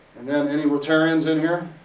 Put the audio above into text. and then, any rotarians in here?